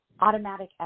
automatic